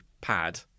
pad